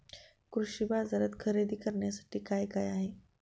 कृषी बाजारात खरेदी करण्यासाठी काय काय आहे?